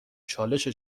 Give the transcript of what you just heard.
چالش